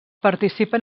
participen